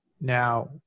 now